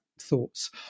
thoughts